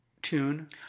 tune